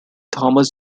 thomas